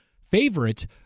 favorite